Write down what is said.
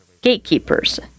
Gatekeepers